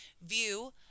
view